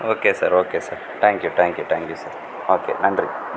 okay sir okay sir thank you thank you thank you sir okay நன்றி ம்